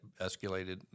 escalated